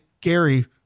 Gary